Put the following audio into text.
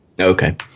Okay